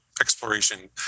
exploration